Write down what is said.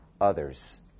others